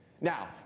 Now